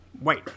Wait